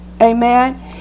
Amen